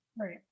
Right